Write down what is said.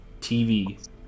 TV